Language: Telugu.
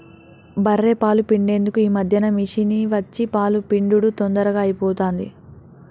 బఱ్ఱె పాలు పిండేందుకు ఈ మధ్యన మిషిని వచ్చి పాలు పిండుడు తొందరగా అయిపోతాంది